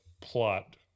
plot